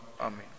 Amen